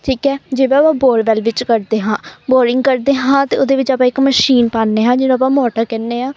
ਠੀਕ ਹੈ ਜਿਵੇਂ ਆਪਾਂ ਬੋਰਵੈਲ ਵਿੱਚ ਕਰਦੇ ਹਾਂ ਬੋਰਿੰਗ ਕਰਦੇ ਹਾਂ ਅਤੇ ਉਹਦੇ ਵਿੱਚ ਆਪਾਂ ਇੱਕ ਮਸ਼ੀਨ ਪਾਉਂਦੇ ਹਾਂ ਜਿਹਨੂੰ ਆਪਾਂ ਮੋਟਰ ਕਹਿੰਦੇ ਹਾਂ